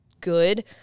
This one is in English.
good